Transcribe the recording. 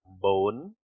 bone